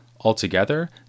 Altogether